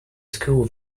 school